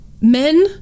Men